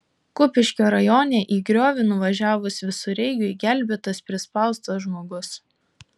kupiškio rajone į griovį nuvažiavus visureigiui gelbėtas prispaustas žmogus